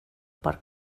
per